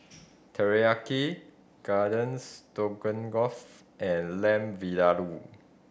Teriyaki Garden Stroganoff and Lamb Vindaloo